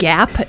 Gap